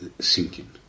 sinking